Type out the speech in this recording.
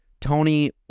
Tony